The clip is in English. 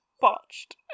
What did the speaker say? botched